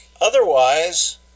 otherwise